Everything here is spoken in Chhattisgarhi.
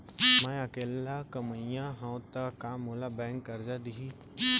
मैं अकेल्ला कमईया हव त का मोल बैंक करजा दिही?